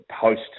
post